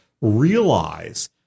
realize